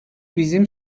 bizim